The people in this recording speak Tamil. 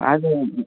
அது